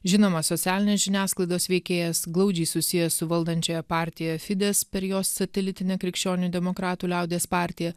žinomas socialinės žiniasklaidos veikėjas glaudžiai susijęs su valdančiąja partija fides per jos satelitinę krikščionių demokratų liaudies partiją